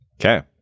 Okay